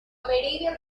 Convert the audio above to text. medieval